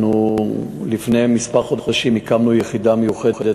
לפני כמה חודשים הקמנו יחידה מיוחדת,